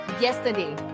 yesterday